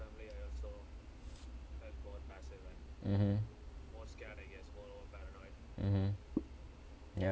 mmhmm mmhmm ya